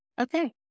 Okay